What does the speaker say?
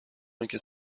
آنکه